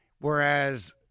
whereas